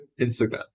Instagram